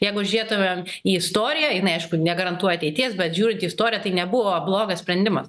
jeigu žiūrėtumėm į istoriją jinai aišku negarantuoja ateities bet žiūrint į istoriją tai nebuvo blogas sprendimas